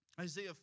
Isaiah